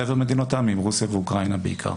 מחבר מדינות העמים, רוסיה ואוקראינה בעיקר.